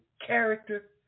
character